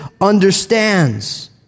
understands